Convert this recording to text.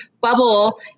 bubble